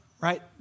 right